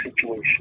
situation